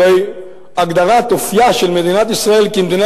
הרי הגדרת אופיה של מדינת ישראל כמדינה